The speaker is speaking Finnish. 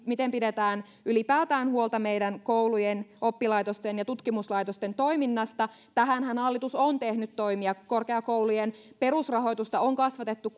miten pidetään ylipäätään huolta meidän koulujen oppilaitosten ja tutkimuslaitosten toiminnasta tähänhän hallitus on tehnyt toimia korkeakoulujen perusrahoitusta on kasvatettu